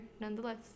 nonetheless